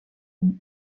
ont